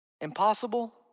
Impossible